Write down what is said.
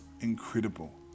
incredible